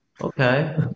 Okay